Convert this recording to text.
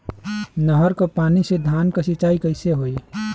नहर क पानी से धान क सिंचाई कईसे होई?